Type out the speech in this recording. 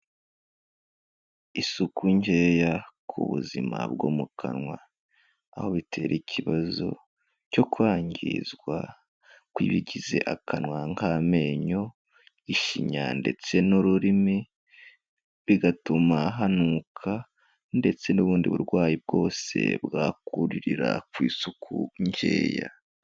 Isuku nkeya ku buzima bwo mu kanwa, aho bitera ikibazo cyo kwangizwa kw'ibigize akanwa nk'amenyo, ishinya ndetse n'ururimi, bigatuma hanuka ndetse n'ubundi burwayi bwose bwakuririra ku isuku nkeya.